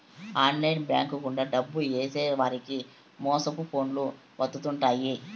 online bank గుండా డబ్బు ఏసేవారికి మోసపు ఫోన్లు వత్తుంటాయి